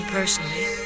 personally